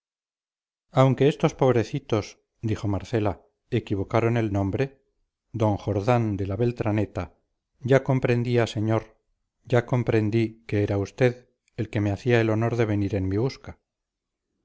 aunque estos pobrecitos dijo marcela equivocaron el nombre don jordán de la beltraneta ya comprendía señor ya comprendí que era usted el que me hacía el honor de venir en mi busca